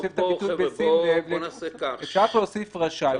בואו נעשה כך --- אפשר להוסיף: רשאי